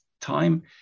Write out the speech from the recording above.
time